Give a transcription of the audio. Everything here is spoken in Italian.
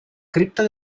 cripta